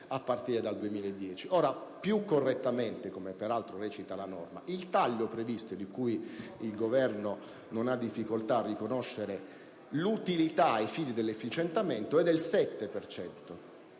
a partire dal 2010. Più correttamente, come peraltro recita la norma, il taglio previsto, di cui il Governo non ha difficoltà a riconoscere l'utilità ai fini dell'efficientamento, è del 7